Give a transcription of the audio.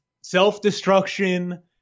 self-destruction